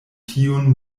tiun